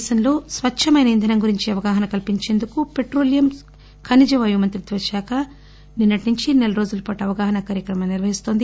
దేశంలో స్వచ్చమైన ఇంధనం గురించి అవగాహన కల్పించేందుకు పెట్రోలియమ్ సహజవాయువు మంత్రిత్వ శాఖ నిన్నటి నుంచి నెల రోజులపాటు అవగాహన కార్యక్రమం నిర్వహిస్తోంది